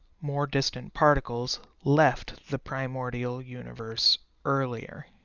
more distant particles left the primordial universe earlier.